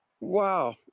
Wow